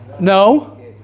no